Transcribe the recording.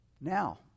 Now